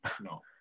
no